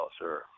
sir